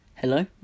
Hello